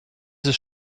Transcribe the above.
ist